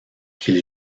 qu’il